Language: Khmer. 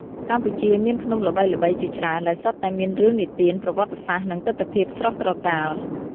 កម្ពុជាមានភ្នំល្បីៗជាច្រើនដែលសុទ្ធតែមានរឿងនិទាន ប្រវត្តិសាស្ត្រ និងទិដ្ឋភាពស្រស់ត្រកាល។